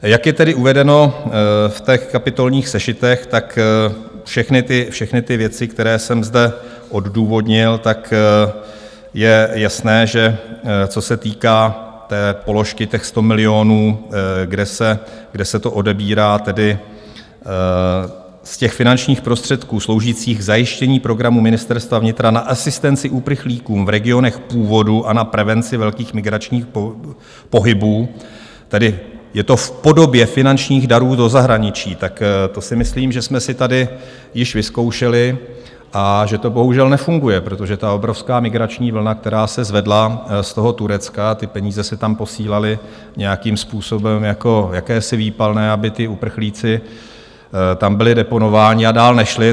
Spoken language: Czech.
Jak je uvedeno v těch kapitolních sešitech, všechny ty věci, které jsem zde odůvodnil, je jasné, že co se týká té položky 100 milionů, kde se to odebírá, tedy z finančních prostředků sloužících k zajištění programu Ministerstva vnitra na asistenci uprchlíkům v regionech původu a na prevenci velkých migračních pohybů, je to v podobě finančních darů do zahraničí, tak to si myslím, že jsme si tady již vyzkoušeli a že to bohužel nefunguje, protože ta obrovská migrační vlna, která se zvedla z Turecka, ty peníze se tam posílaly nějakým způsobem jako jakési výpalné, aby ti uprchlíci tam byli deponováni a dál nešli.